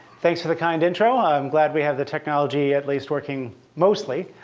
thanks for the kind intro. i'm glad we have the technology, at least working mostly,